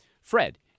Fred